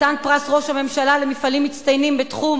מתן פרס ראש הממשלה למפעלים המצטיינים בתחום